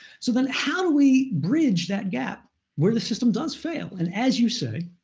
so then how do we bridge that gap where the system does fail? and as you say,